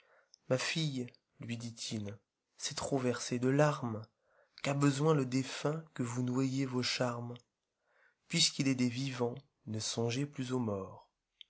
ma fille lui dit-il c'est trop verser de larmes qu'a besoin le défunt que vous noyiez vos charmes puisqu'il est des vivants ne songez plus aux morts